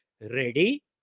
ready